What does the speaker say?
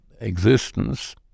existence